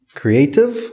creative